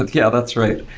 yeah, that's right.